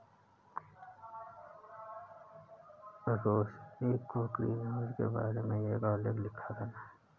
रोशिनी को ग्रीनहाउस के बारे में एक आलेख लिखना है